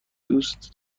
دوست